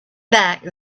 back